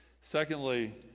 secondly